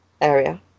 area